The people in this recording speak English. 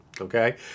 Okay